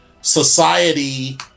society